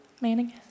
Manning